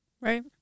Right